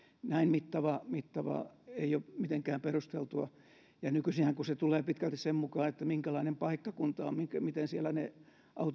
näin mittava mittava ei ole mitenkään perusteltua nykyisinhän kun se tulee pitkälti sen mukaan minkälainen paikkakunta on miten siellä ne